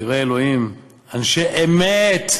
יראי אלוהים, אנשי אמת,